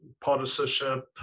partisanship